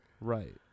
Right